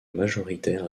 majoritaire